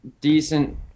decent